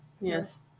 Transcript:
Yes